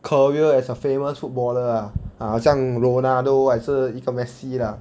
career as a famous footballer ah ah 好像 ronaldo 还是一个 messi ah